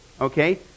Okay